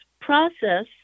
process